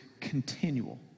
continual